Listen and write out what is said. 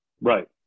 Right